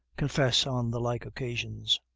confess on the like occasions.